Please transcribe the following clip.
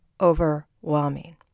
overwhelming